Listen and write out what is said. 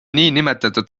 niinimetatud